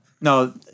No